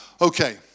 Okay